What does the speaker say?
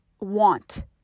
want